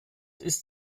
ist